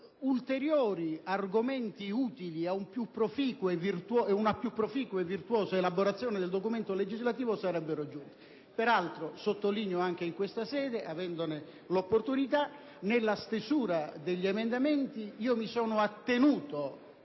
ulteriori argomenti utili a una più proficua e virtuosa elaborazione del testo legislativo in esame. Tra l'altro, desidero sottolineare in questa sede, avendone l'opportunità, che nella stesura degli emendamenti mi sono attenuto